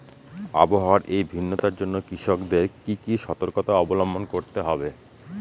আবহাওয়ার এই ভিন্নতার জন্য কৃষকদের কি কি সর্তকতা অবলম্বন করতে হবে?